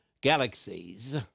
galaxies